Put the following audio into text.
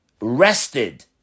rested